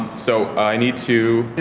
so i need to.